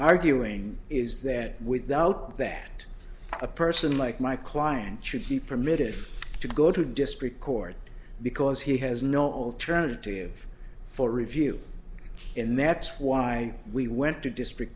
arguing is that without that a person like my client should be permitted to go to district court because he has no alternative for review and that's why we went to district